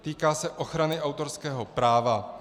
Týká se ochrany autorského práva.